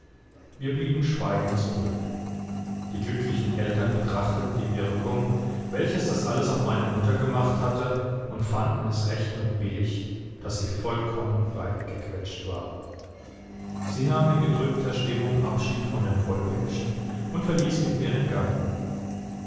wir blieben schweigend zurück die glücklichen eltern betrachteten die wirkung welche das alles auf meine mutter gemacht hatte und fanden es recht und billig daß sie vollkommen breitgequetscht war sie nahm in gedrückter stimmung abschied von den vollbeckschen und verließ mit mir den garten